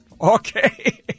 Okay